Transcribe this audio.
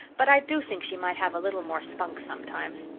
but i do think she might have a little more spunk sometimes.